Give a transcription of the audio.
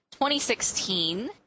2016